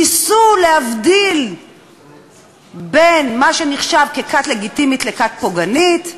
ניסו להבדיל בין מה שנחשב לכת לגיטימית לכת פוגענית.